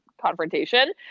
confrontation